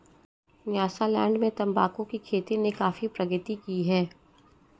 Nyasaland में तंबाकू की खेती ने काफी प्रगति की है